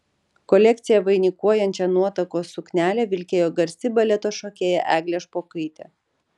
kolekciją vainikuojančią nuotakos suknelę vilkėjo garsi baleto šokėja eglė špokaitė